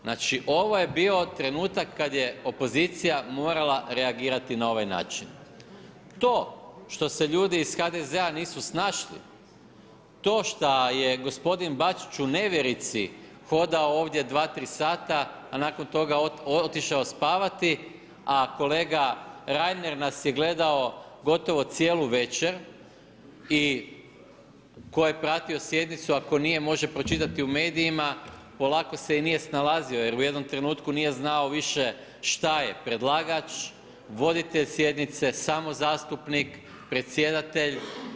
Znači, ovo je bio trenutak kad je opozicija morala reagirati na ovaj način, to što se ljudi iz HDZ-a nisu snašli, to što je gospodin Bačić u nevjerici hodao ovdje 2-3 sata, a nakon toga otišao spavati, a kolega Reiner nas je gledao gotovo cijelu večer i tko je pratio sjednicu, a tko nije, može pročitati u medijima, polako se i nije snalazio jer u jednom trenutku nije znao više što je – predlagač, voditelj sjednice, samo zastupnik, predsjedatelj.